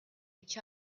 each